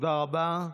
תודה רבה.